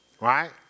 right